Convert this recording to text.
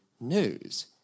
news